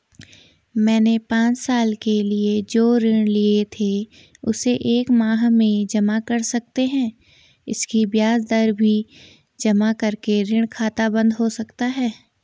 मैंने पांच साल के लिए जो ऋण लिए थे उसे एक माह में जमा कर सकते हैं इसकी ब्याज दर भी जमा करके ऋण खाता बन्द हो सकता है?